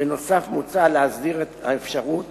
בנוסף, מוצע להסדיר את האפשרות